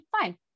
Fine